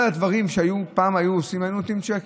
אחד הדברים שפעם היו עושים, היינו נותנים צ'קים.